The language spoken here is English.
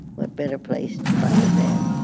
what better place to find a man?